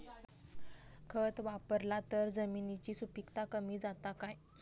खत वापरला तर जमिनीची सुपीकता कमी जाता काय?